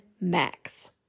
Max